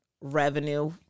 revenue